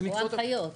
או הנחיות,